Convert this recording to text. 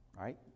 right